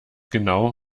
genau